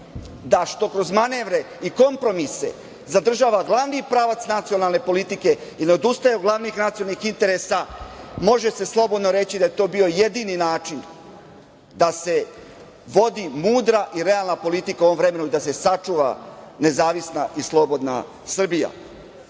da što kroz manevre i kompromise zadržava glavni pravac nacionalne politike i ne odustaje od glavnih nacionalnih interesa, može se slobodno reći da je to bio jedini način da se vodi mudra i realna politika u ovom vremenu i da se sačuva nezavisna i slobodna Srbija.U